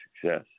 success